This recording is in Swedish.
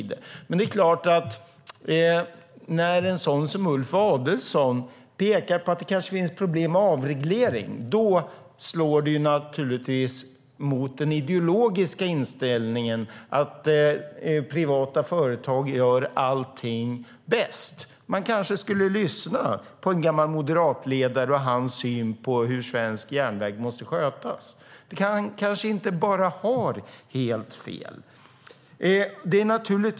Det är klart att när en sådan som Ulf Adelsohn pekar på att det kanske finns problem med avreglering slår det naturligtvis mot den ideologiska inställningen att privata företag gör allting bäst. Man kanske skulle lyssna på en gammal moderatledare och hans syn på hur svensk järnväg måste skötas. Han kanske inte har helt fel.